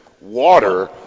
water